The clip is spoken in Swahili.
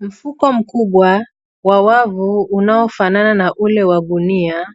Mfuko mkubwa wa wafu unaofanana na ule wa gunia